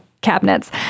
cabinets